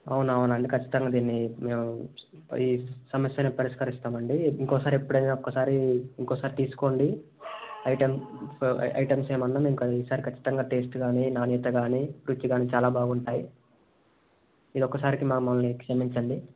అవునా అవునండి కచ్చితంగా మేము ఈ సమస్యను పరిష్కరిస్తామండి ఇంకోసారి ఎప్పుడైనా ఇంకోసారి ఇంకోసారి తీసుకోండి ఐటమ్స్ ఏమన్నా ఈ సారి కచ్చితంగా టేస్ట్ గానీ నాణ్యత గానీ రుచి గానీ చాలా బాగుంటాయి ఇదొక్కసారికి మమ్మల్ని క్షమించండి